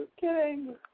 kidding